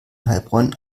heilbronn